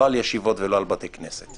לא על ישיבות ולא על בתי כנסת.